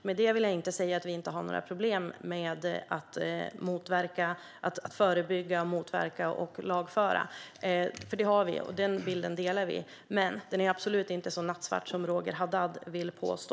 Med detta vill jag inte säga att vi inte har några problem med att förebygga, motverka och lagföra, för det har vi. Den bilden delar vi, men den är absolut inte så nattsvart som Roger Haddad vill påstå.